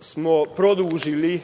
smo produžili